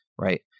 right